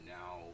now